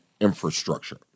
infrastructure